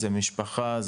במשפחה,